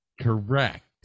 Correct